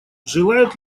желает